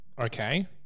Okay